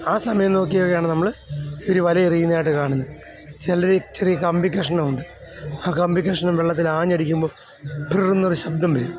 ആ സമയം നോക്കിയൊക്കെയാണ് നമ്മൾ ഇവർ വലയെറിയുന്നതായിട്ട് കാണുന്നത് ചിലർ ചെറിയ കമ്പികഷ്ണമുണ്ട് ആ കമ്പി കഷ്ണം വെള്ളത്തിൽ ആ ഞ്ഞടിക്കുമ്പോൾ ഡ്ർ എന്നൊരു ശബ്ദം വരും